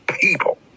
people